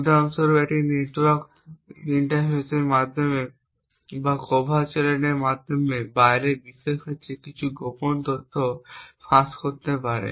উদাহরণস্বরূপ এটি নেটওয়ার্ক ইন্টারফেসের মাধ্যমে বা কভার চ্যানেলের মাধ্যমে বাইরের বিশ্বের কাছে কিছু গোপন তথ্য ফাঁস করতে পারে